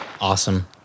Awesome